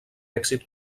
èxit